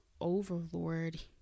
overlord